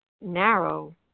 narrow